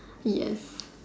yes